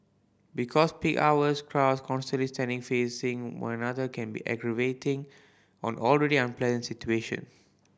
because peak hours crowds constantly standing facing one another can be aggravating on already unpleasant situation